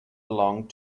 belonged